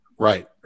Right